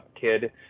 kid